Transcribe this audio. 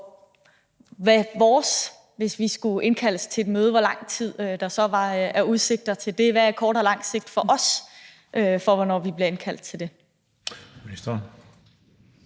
hvis vi skulle indkaldes til et møde, hvad vores udsigter så er til det? Hvad er kort og lang sigt for os for, hvornår vi bliver indkaldt til det?